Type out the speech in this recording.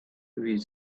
with